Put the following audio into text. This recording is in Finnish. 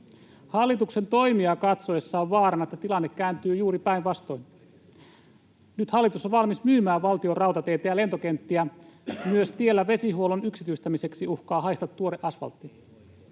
Hallituksen toimia katsoessa on vaarana, että tilanne kääntyy juuri päinvastoin. Nyt hallitus on valmis myymään valtion rautateitä ja lentokenttiä, myös tiellä vesihuollon yksityistämiseksi uhkaa haista tuore asfaltti.